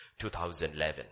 2011